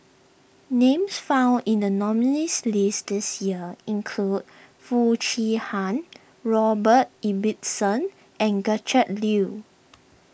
names found in the nominees' list this year include Foo Chee Han Robert Ibbetson and Gretchen Liu